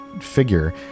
figure